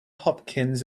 hopkins